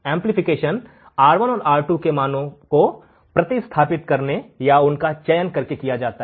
प्रवर्धन R1 और R2 के मानों को प्रतिस्थापित करके या उनका चयन करके किया जाता है